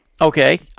okay